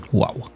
Wow